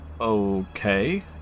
Okay